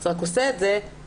זה רק עושה את זה עבורם,